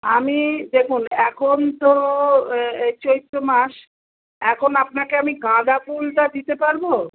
আমি দেখুন এখন তো চৈত্র মাস এখন আপনাকে আমি গাঁদা ফুলটা দিতে পারব